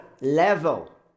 level